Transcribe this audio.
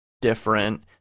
different